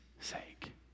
sake